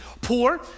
poor